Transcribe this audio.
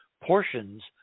portions